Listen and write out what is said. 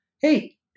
hey